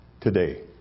today